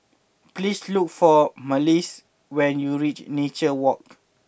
please look for Malissie when you reach Nature Walk